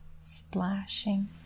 splashing